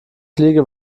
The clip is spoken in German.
fliege